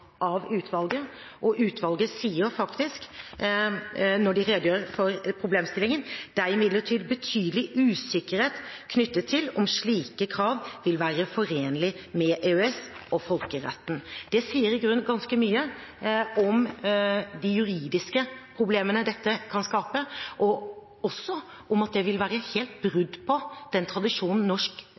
utvalget, og utvalget sier når de redegjør for problemstillingen: «Det er imidlertid betydelig usikkerhet knyttet til om slike krav vil være forenlige med EØS- og folkeretten.» Det sier i grunnen ganske mye om de juridiske problemene dette kan skape, og også om det vil være brudd på den tradisjonen